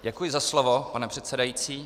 Děkuji za slovo, pane předsedající.